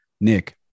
Nick